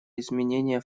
изменения